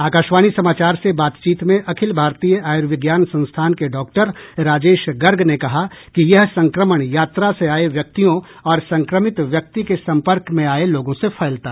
आकाशवाणी समाचार से बातचीत में अखिल भारतीय आयुर्विज्ञान संस्थान के डॉक्टर राजेश गर्ग ने कहा कि यह संक्रमण यात्रा से आए व्यक्तियों और संक्रमित व्यक्ति के संपर्क में आए लोगों से फैलता है